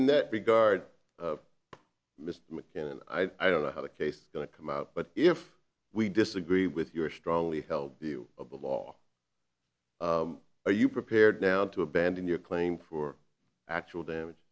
in that regard and i don't know how the case going to come out but if we disagree with your strongly held view of the law are you prepared now to abandon your claim for actual damage